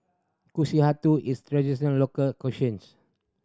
kushikatsu is traditional local cuisines